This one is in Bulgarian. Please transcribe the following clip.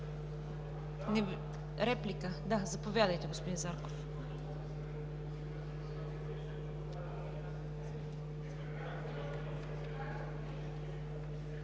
Реплики? Заповядайте, господин Зарков.